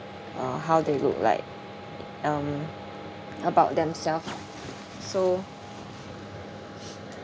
uh how they look like um about themselves so